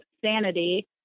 sanity